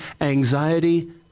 anxiety